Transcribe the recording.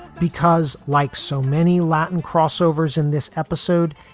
because like so many latin crossovers in this episode,